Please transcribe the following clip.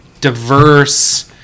diverse